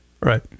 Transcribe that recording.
right